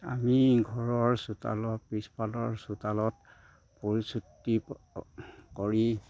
আমি ঘৰৰ চোতালৰ পিছফালৰ চোতালত কৰি